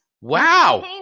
Wow